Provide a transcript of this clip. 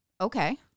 Okay